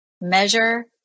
measure